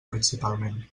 principalment